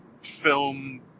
film